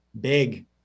big